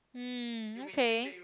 mm okay